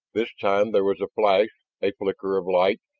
this time there was a flash, a flicker of light,